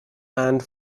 and